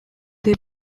they